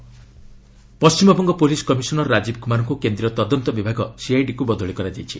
Rajiv transfer Paschimbanga police commissioner Rajiv କୁମାରଙ୍କୁ କେନ୍ଦ୍ରୀୟ ତଦନ୍ତ ବିଭାଗ ସିଆଇଡିକୁ ବଦଳି କରାଯାଇଛି